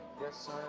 Yes